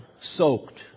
soaked